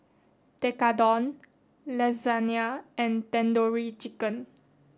Tekkadon Lasagna and Tandoori Chicken